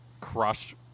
crush